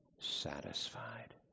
satisfied